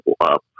up